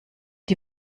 die